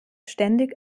ständig